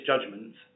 judgments